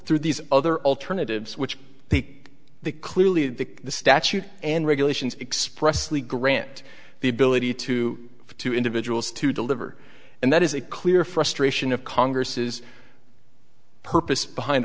through these other alternatives which take the clearly the statute and regulations expressly grant the ability to two individuals to deliver and that is a clear frustration of congress's purpose behind